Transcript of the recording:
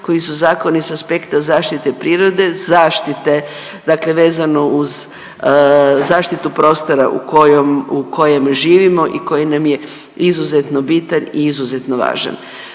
koji su zakoni s aspekta zaštite prirode, zaštite dakle vezano uz zaštitu prostora u kojem živimo i koji nam je izuzetno bitan i izuzetno važan.